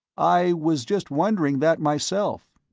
i was just wondering that myself.